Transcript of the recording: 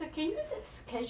ya